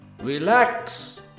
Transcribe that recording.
relax